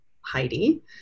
Heidi